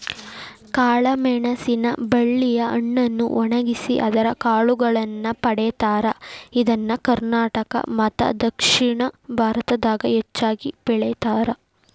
ಕಾಳಮೆಣಸಿನ ಬಳ್ಳಿಯ ಹಣ್ಣನ್ನು ಒಣಗಿಸಿ ಅದರ ಕಾಳುಗಳನ್ನ ಪಡೇತಾರ, ಇದನ್ನ ಕರ್ನಾಟಕ ಮತ್ತದಕ್ಷಿಣ ಭಾರತದಾಗ ಹೆಚ್ಚಾಗಿ ಬೆಳೇತಾರ